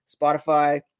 Spotify